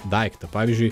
daiktą pavyzdžiui